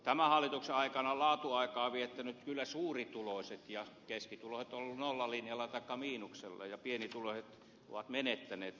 tämän hallituksen aikana ovat laatuaikaa viettäneet kyllä suurituloiset ja keskituloiset ovat olleet nollalinjalla taikka miinuksella ja pienituloiset ovat menettäneet tulojaan